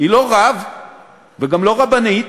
היא לא רב וגם לא רבנית,